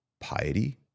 piety